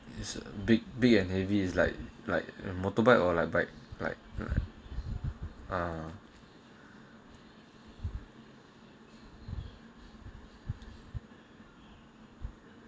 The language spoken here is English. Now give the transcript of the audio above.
it's a big big and heavy is like like a motorbike or like bike like ah